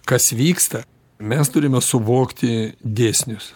kas vyksta mes turime suvokti dėsnius